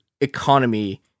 economy